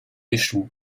échoue